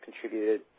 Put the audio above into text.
contributed